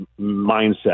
mindset